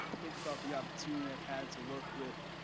think about the opportunity i've had to work with